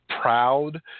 proud